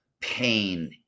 pain